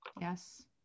Yes